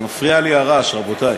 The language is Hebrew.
מפריע לי הרעש, רבותי.